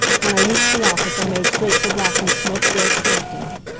when i reached the office i made straight for blackie's smoke-filled sanctum.